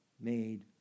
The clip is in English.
made